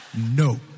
no